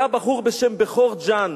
היה בחור בשם בכור ג'אן.